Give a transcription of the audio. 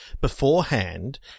beforehand